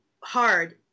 hard